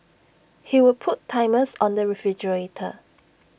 he would put timers on the refrigerator